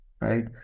Right